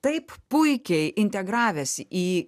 taip puikiai integravęsi į